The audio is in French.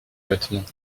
vêtements